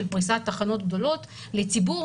של פריסת תחנות גדולות לציבור,